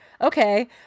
Okay